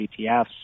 ETFs